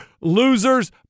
Losers